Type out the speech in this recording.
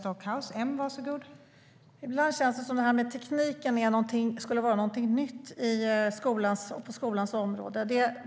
Fru talman! Ibland känns det som att det här med tekniken skulle vara något nytt på skolans område.